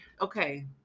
okay